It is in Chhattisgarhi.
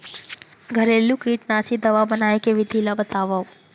घरेलू कीटनाशी दवा बनाए के विधि ला बतावव?